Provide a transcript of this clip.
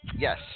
Yes